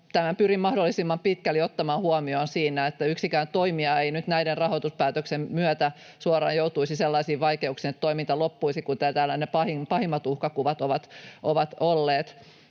Tämän pyrin mahdollisimman pitkälle ottamaan huomioon siinä, että yksikään toimija ei nyt näiden rahoituspäätösten myötä suoraan joutuisi sellaisiin vaikeuksiin, että toiminta loppuisi, kuten täällä ne pahimmat uhkakuvat ovat olleet.